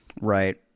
right